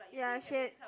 ya